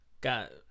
got